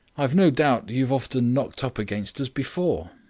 i've no doubt you've often knocked up against us before.